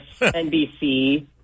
NBC